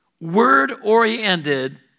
word-oriented